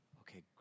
Okay